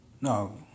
no